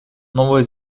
новая